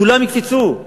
כולם יקפצו,